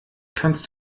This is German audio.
kannst